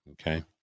Okay